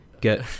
get